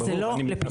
זה לא לפתחי.